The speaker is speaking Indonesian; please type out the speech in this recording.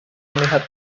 melihat